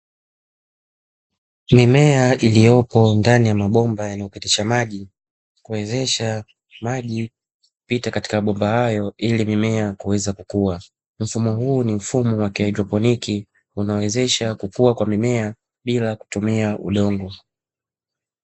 Mimea iliyopo ndani ya mabomba yanayopitisha maji kuwezesha maji kupita katika mabomba hayo ili mimea kuweza kukua, mfumo huu ni mfumo wa kihaidroponiki unaowezesha kukua kwa mimea bila kutumia udongo.